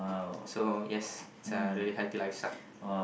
so yes it's a really healthy lifestyle